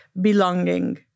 belonging